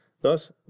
thus